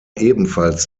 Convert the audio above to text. ebenfalls